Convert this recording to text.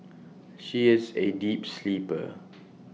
she is A deep sleeper